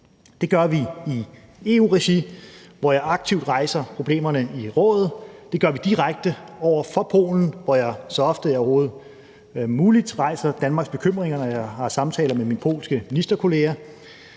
Det gør vi i EU-regi, hvor jeg aktivt rejser problemerne i Rådet; det gør vi direkte over for Polen, hvor jeg så ofte, jeg overhovedet har mulighed, rejser Danmarks bekymringer, når jeg har samtaler med min polske ministerkollega.